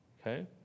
Okay